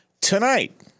tonight